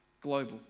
global